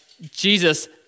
Jesus